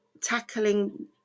tackling